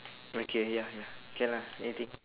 okay ya ya can ah anything